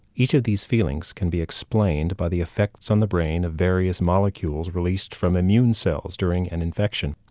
each of these feelings can be explained by the effects on the brain of various molecules released from immune cells during an infection.